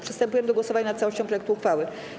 Przystępujemy do głosowania nad całością projektu uchwały.